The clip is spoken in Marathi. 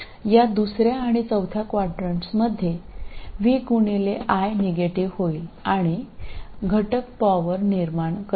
या दुसऱ्या आणि चौथ्या क्वाड्रंट्समध्ये v गुणिले i निगेटिव होईल आणि घटक पॉवर निर्माण करेल